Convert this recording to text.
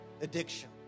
addiction